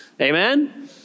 Amen